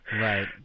Right